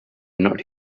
not